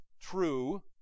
true